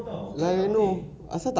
oh confirm lye can ah